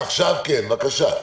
בבקשה.